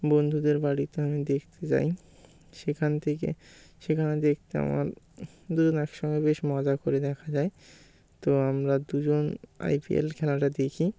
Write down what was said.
বন্ধুদের বাড়িতে আমি দেখতে যাই সেখান থেকে সেখানে দেখতে আমার দুজন একসঙ্গে বেশ মজা করে দেখা যায় তো আমরা দুজন আই পি এল খেলাটা দেখি